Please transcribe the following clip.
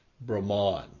Brahman